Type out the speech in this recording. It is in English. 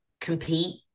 compete